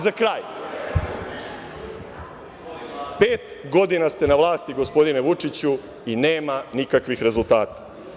Za kraj, pet godina ste na vlasti, gospodine Vučiću, i nema nikakvih rezultata.